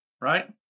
right